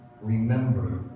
remember